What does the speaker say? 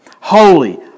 holy